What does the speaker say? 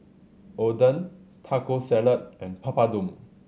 Oden Taco Salad and Papadum